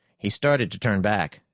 he started to turn back,